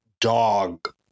dog